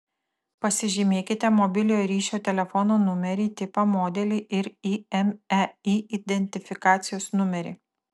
pasižymėkite mobiliojo ryšio telefono numerį tipą modelį ir imei identifikacijos numerį